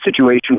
situation